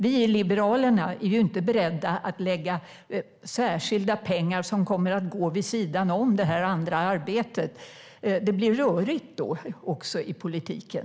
Vi i Liberalerna är inte beredda att lägga särskilda pengar som går vid sidan om det andra arbetet. Det blir rörigt då i politiken.